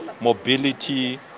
mobility